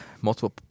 multiple